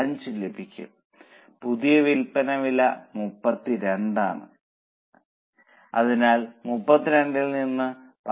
125 ലഭിക്കും പുതിയ വില്പന വില 32 ആണെന്ന് നിങ്ങൾക്കറിയാം